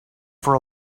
for